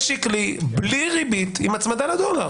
שקלי, בלי ריבית, עם הצמדה לדולר.